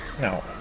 no